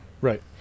Right